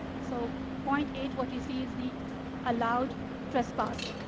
so point eight, what you see is the allowed trespass.